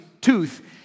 tooth